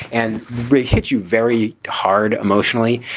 and rick hit you very hard emotionally.